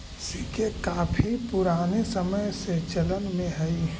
सिक्के काफी पूराने समय से चलन में हई